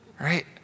Right